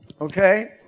Okay